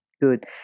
good